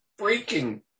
freaking